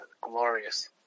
glorious